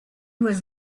was